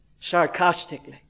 sarcastically